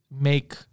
make